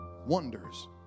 wonders